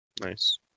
Nice